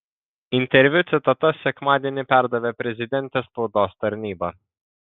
interviu citatas sekmadienį perdavė prezidentės spaudos tarnyba